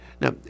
Now